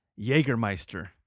Jägermeister